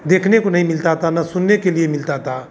देखने को नहीं मिलता था ना सुनने के लिए मिलता था